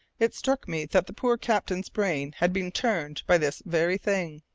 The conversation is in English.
it struck me that the poor captain's brain had been turned by this very thing.